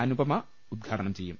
അനുപമ ഉദ്ഘാടനം ചെയ്യും